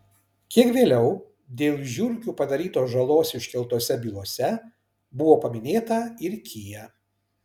kiek vėliau dėl žiurkių padarytos žalos iškeltose bylose buvo paminėta ir kia